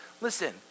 Listen